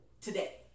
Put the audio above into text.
today